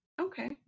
Okay